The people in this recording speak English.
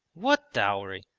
what dowry?